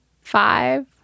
five